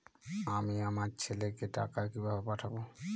আমি আমার ছেলেকে টাকা কিভাবে পাঠাব?